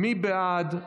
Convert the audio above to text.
מי בעד?